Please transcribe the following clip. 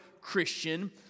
Christian